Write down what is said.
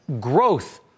growth